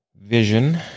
Vision